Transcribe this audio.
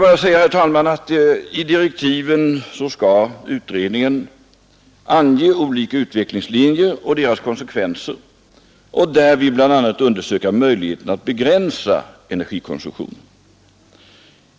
Enligt direktiven, herr talman, skall utredningen ange olika utvecklingslinjer och deras konsekvenser och därvid bl.a. undersöka möjligheterna att begränsa energikonsumtionen.